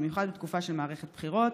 במיוחד בתקופה של מערכת בחירות,